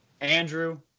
Andrew